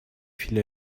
viele